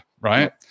Right